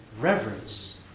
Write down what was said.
reverence